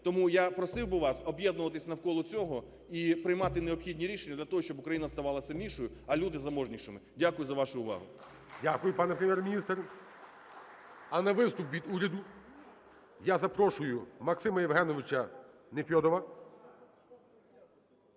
Тому я просив би вас об'єднуватись навколо цього і приймати необхідні рішення для того, щоб Україна ставала сильнішою, а люди заможнішими. Дякую за вашу увагу. ГОЛОВУЮЧИЙ. Дякую, пане Прем'єр-міністр. А на виступ від уряду я запрошую Максима Євгеновича Нефьодова.